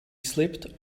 slipped